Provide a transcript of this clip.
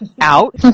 out